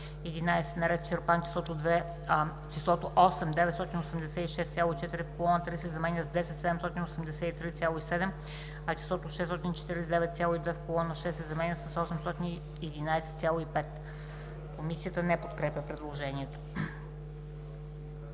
11. на ред Чирпан числото „8 986,4“ в колона 3 се заменя с „10 783,7“, а числото „649,2“ в колона 6 се заменя с „811,5“.“ Комисията не подкрепя предложението.